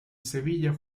sevilla